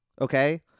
okay